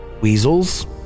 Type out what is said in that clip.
Weasels